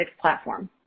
platform